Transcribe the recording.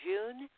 June